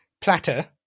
platter